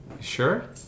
sure